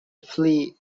flee